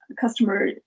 customer